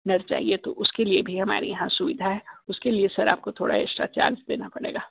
trainer चाहिए तो उसके लिए भी हमारे यहाँ सुविधा है उसके लिए सर आपको थोड़ा एक्स्ट्रा चार्ज देना पड़ेगा